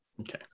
Okay